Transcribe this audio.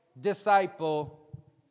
disciple